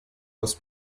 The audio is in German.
aus